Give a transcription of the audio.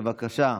בבקשה,